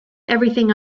everything